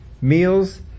meals